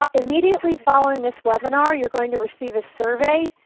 um immediately following this webinar you are going to receive a survey.